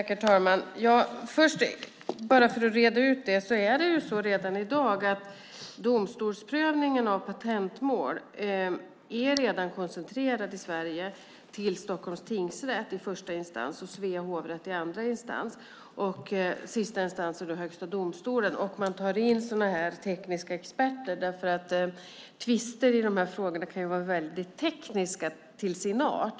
Herr talman! Först vill jag bara för att reda ut detta säga att det ju är så redan i dag att domstolsprövningen av patentmål i Sverige är koncentrerad till Stockholms tingsrätt i första instans och Svea hovrätt i andra instans. Sista instans är då Högsta domstolen. Man tar in tekniska experter därför att tvister i de här frågorna kan vara väldigt tekniska till sin art.